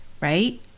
right